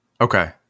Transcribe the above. okay